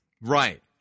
Right